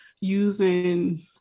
using